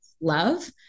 love